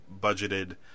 budgeted